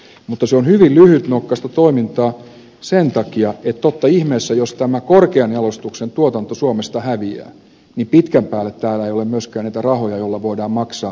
mutta se on hyvin lyhytnokkaista toimintaa sen takia että totta ihmeessä jos tämä korkean jalostuksen tuotanto suomesta häviää pitkän päälle täällä ei ole myöskään niitä rahoja joilla voidaan maksaa puun polttamisesta